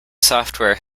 software